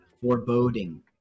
foreboding